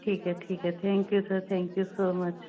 ਠੀਕ ਹੈ ਠੀਕ ਹੈ thank you sir thank you so much